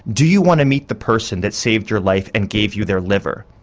do you want to meet the person that saved your life and gave you their liver?